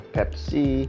Pepsi